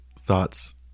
thoughts